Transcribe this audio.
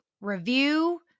review